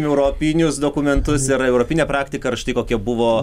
sakykime europinius dokumentus ar europinę praktiką štai kokia buvo